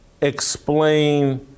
explain